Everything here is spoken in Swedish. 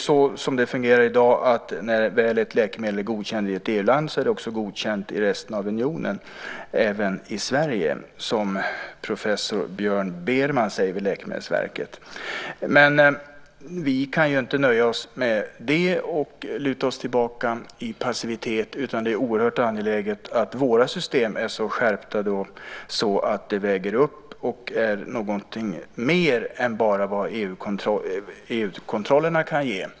I dag fungerar det så att när ett läkemedel väl är godkänt i ett EU-land är det också godkänt i resten av unionen, även i Sverige, som professor Björn Beermann vid Läkemedelsverket säger. Men vi kan inte nöja oss med det och luta oss tillbaka i passivitet, utan det är oerhört angeläget att våra system är så skärpta att det väger upp och är någonting mer än vad bara EU-kontrollerna kan ge.